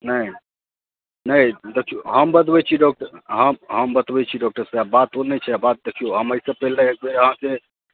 नहि नहि देखिऔ हम बतबै छी डॉक्टर हम बतबै छी डाक्टर साहेब बात ओ नहि बात देखिऔ हम अहिसँ पहिने अहाँ से